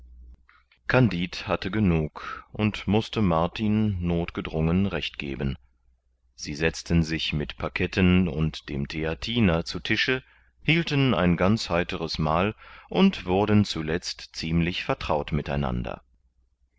kandid hatte genug und mußte martin nothgedrungen recht geben sie setzten sich mit paketten und dem theatiner zu tische hielten ein ganz heiteres mahl und wurden zuletzt ziemlich vertraut